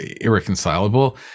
irreconcilable